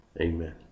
Amen